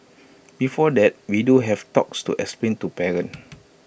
before that we do have talks to explain to parents